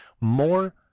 more